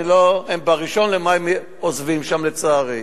ב-1 במאי הם עוזבים שם, לצערי.